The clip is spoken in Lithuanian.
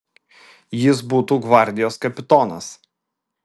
jis būtų gvardijos kapitonas